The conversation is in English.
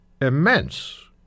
immense